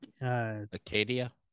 Acadia